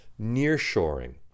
nearshoring